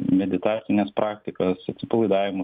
meditacines praktikas atsipalaidavimo